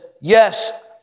yes